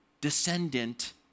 descendant